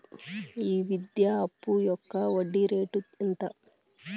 ఈ విద్యా అప్పు యొక్క వడ్డీ రేటు ఎంత?